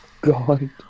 god